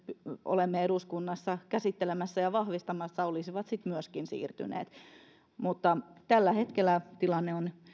olemme eduskunnassa käsittelemässä ja vahvistamassa olisivat sitten myöskin siirtyneet tällä hetkellä tilanne on